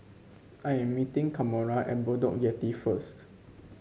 I am meeting Kamora at Bedok Jetty first